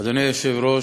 אסף חזן.